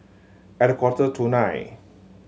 at a quarter to nine